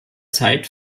zeit